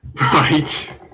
Right